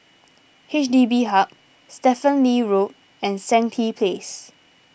H D B Hub Stephen Lee Road and Stangee Place